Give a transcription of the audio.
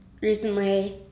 Recently